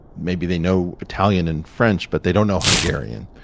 maybe they know italian and french, but they don't know hungarian.